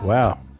Wow